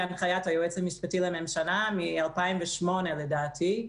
הנחיית היועץ המשפטי לממשלה מ-2008 לדעתי,